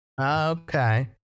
Okay